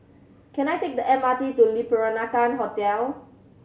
can I take the M R T to Le Peranakan Hotel